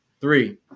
three